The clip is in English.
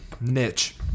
Niche